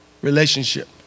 relationship